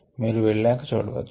మీరు వెళ్ళాక చూడవచ్చు